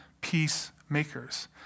peacemakers